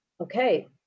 Okay